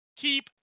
Keep